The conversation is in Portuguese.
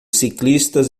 ciclistas